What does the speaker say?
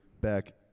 back